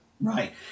Right